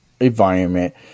environment